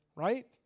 Right